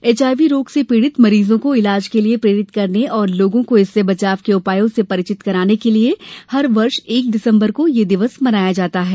HIV रोग से पीड़ित मरीजों को ईलाज के लिए प्रेरित करने और लोगों को इससे बचाव के उपायों से परिचित कराने के लिए हर वर्ष एक दिसंबर को यह दिवस मनाया जाता है